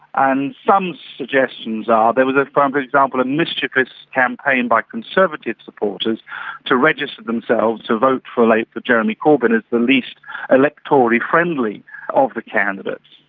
and some suggestions are, there was, for um example, a mischievous campaign by conservative supporters to register themselves to vote for labour for jeremy corbyn as the least electorally friendly of the candidates.